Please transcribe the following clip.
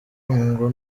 ngo